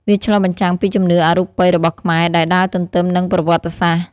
វាឆ្លុះបញ្ចាំងពីជំនឿអរូបិយរបស់ខ្មែរដែលដើរទន្ទឹមនឹងប្រវត្តិសាស្ត្រ។